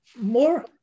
more